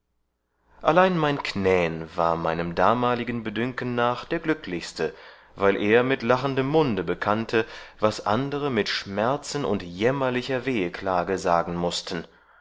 allein mein knän war meinem damaligen bedünken nach der glücklichste weil er mit lachendem munde bekannte was andere mit schmerzen und jämmerlicher weheklage sagen mußten